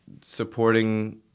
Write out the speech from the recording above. supporting